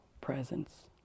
presence